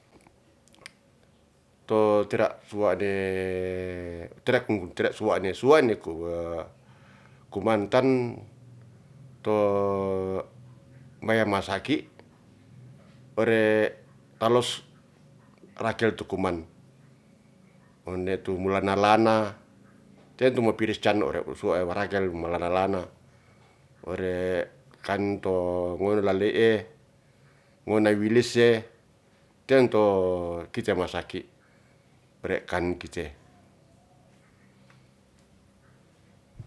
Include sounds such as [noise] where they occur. To tera suwane [hesitation] tera kung kun tera suwane, suwaineku [hesitation] ku mantan to maya masaki ore talos rakel tu kuman. Onde tu mula nalana teto mo piris ca'no re wu suwa wa ragel ma lana lana ore kan to ngole la le'e, ngonay wilisye ten to kite masaki re kan kite